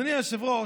אדוני היושב-ראש,